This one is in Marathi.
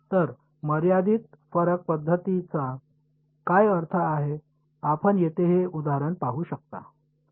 तर मर्यादित फरक पद्धतींचा काय अर्थ आहे आपण येथे हे उदाहरण पाहू शकता